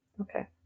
Okay